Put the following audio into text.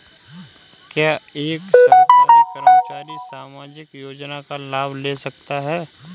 क्या एक सरकारी कर्मचारी सामाजिक योजना का लाभ ले सकता है?